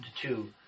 two